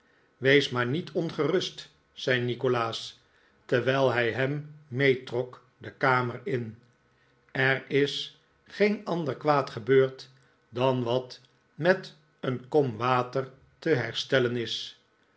wees maar niet ongerust zei nikolaas terwijl hij hem meetrok de kamer in er is geen ander kwaad gebeurd dan wat met een kom water te herstellen is